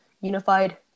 unified